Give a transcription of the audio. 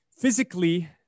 physically